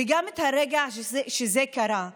וגם ברגע שזה קרה,